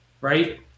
right